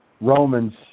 Romans